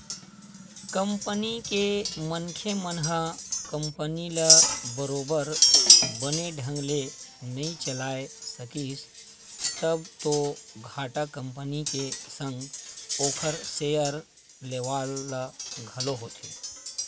company के मनखे मन ह कंपनी ल बरोबर बने ढंग ले नइ चलाय सकिस तब तो घाटा कंपनी के संग ओखर सेयर लेवाल ल घलो होथे